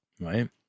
Right